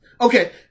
Okay